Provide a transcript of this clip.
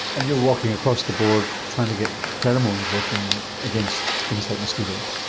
and you're working across the board trying to get pheromones working against things like mosquitoes.